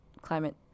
climate